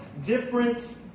different